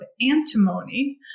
antimony